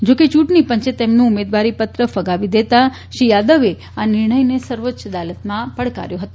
જોકે ચૂંટણી પંચે તેમનું ઉમેદવારી પત્ર ફગાવી દેતાં શ્રી યાદવે આ નિર્ણયને સર્વોચ્ચ અદાલતમાં પડકાર્યો હતો